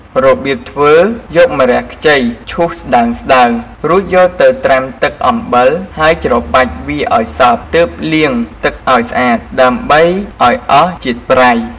របៀបធ្វើ យកម្រះខ្ចីឈូសស្តើងៗ រួចយកទៅត្រាំទឹកអំបិលហើយច្របាច់វាឱ្យសព្វទើបលាងទឹកឱ្យស្អាត ដើម្បីឱ្យអស់ជាតិប្រៃ ។